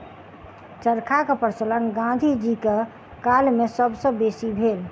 चरखाक प्रचलन गाँधी जीक काल मे सब सॅ बेसी भेल